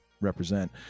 represent